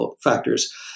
factors